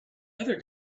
other